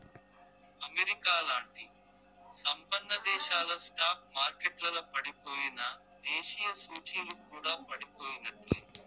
అమెరికాలాంటి సంపన్నదేశాల స్టాక్ మార్కెట్లల పడిపోయెనా, దేశీయ సూచీలు కూడా పడిపోయినట్లే